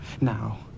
Now